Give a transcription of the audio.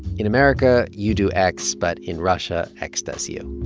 in america you do x, but in russia, x does you.